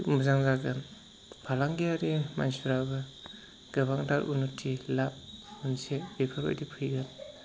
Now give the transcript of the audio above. मोजां जागोन फालांगियारि मानसिफ्राबो गोबांथार उनन'थि लाब मोनसे बेफोरबायदि फैयो